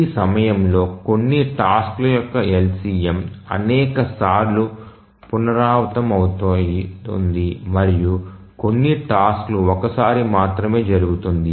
ఈ సమయంలో కొన్ని టాస్క్ల యొక్క LCM అనేక సార్లు పునరావృతమవుతుంది మరియు కొన్ని టాస్క్ లు ఒక్కసారి మాత్రమే జరుగుతుంది